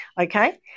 okay